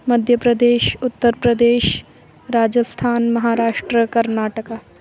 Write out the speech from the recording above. मध्यप्रदेशः उत्तरप्रदेशः राजस्थानं महाराष्ट्रं कर्नाटकः